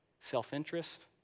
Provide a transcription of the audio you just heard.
Self-interest